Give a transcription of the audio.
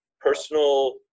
personal